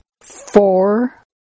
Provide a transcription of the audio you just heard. four